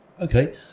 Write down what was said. okay